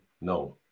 No